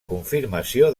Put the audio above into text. confirmació